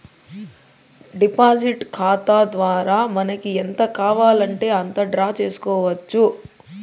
deposit ఖాతా ద్వారా మనకి ఎంత కావాలంటే అంత డ్రా చేసుకోవచ్చు